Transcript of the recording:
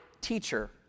Teacher